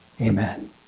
Amen